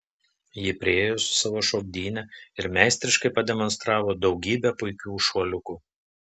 ji priėjo su savo šokdyne ir meistriškai pademonstravo daugybę puikių šuoliukų